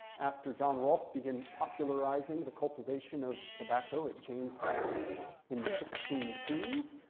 after john rolfe began popularizing the cultivation of tobacco at jamestown in the sixteen teens,